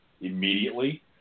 immediately